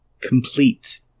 complete